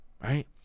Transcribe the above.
right